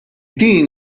din